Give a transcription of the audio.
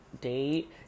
date